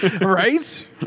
Right